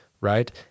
Right